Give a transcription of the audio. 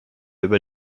über